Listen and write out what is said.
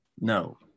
No